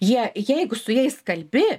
jie jeigu su jais kalbi